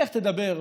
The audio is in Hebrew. לך תדבר,